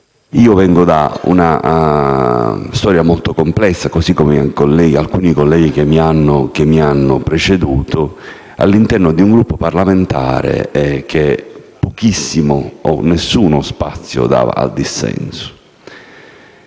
Io vengo da una storia molto complessa, così come alcuni colleghi che mi hanno preceduto, all'interno di un Gruppo parlamentare che pochissimo o nessuno spazio dava al dissenso.